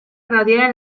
radial